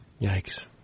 Yikes